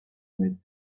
with